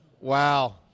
Wow